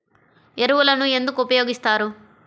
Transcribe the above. ఎరువులను ఎందుకు ఉపయోగిస్తారు?